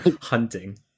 hunting